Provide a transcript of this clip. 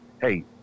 hey